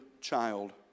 child